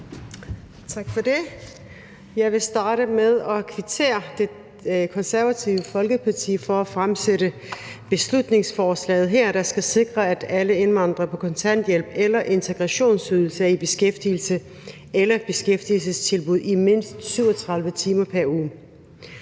Tak for det. Jeg vil starte med at kvittere over for Det Konservative Folkeparti for at fremsætte beslutningsforslaget her, der skal sikre, at alle indvandrere på kontanthjælp eller integrationsydelse er i beskæftigelse eller beskæftigelsestilbud i mindst 37 timer pr. uge.